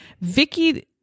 vicky